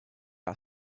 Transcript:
are